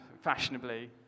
fashionably